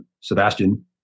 Sebastian